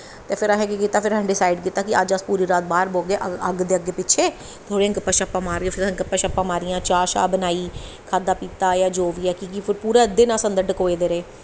ते फिर असें केह् कीता फिर असें डिसाइड़ कीता अस पूरी रात बाह्र बौह्गे अग्ग दे अग्गैं पिच्छें फिर गप्पां शप्पां मारगे फिर असें चाह् शाह् बनाई खादा पीता जां जो बी ऐ पूरा दिन अस अंदर डकोए दे रेह